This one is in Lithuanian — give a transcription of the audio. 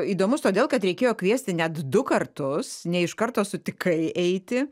įdomus todėl kad reikėjo kviesti net du kartus ne iš karto sutikai eiti